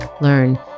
learn